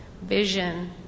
vision